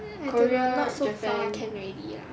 not not so far can already lah